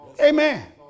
Amen